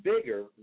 bigger